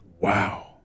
Wow